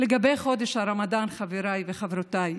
לגבי חודש הרמדאן, חבריי וחברותיי,